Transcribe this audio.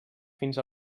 fins